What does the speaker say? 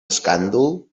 escàndol